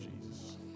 Jesus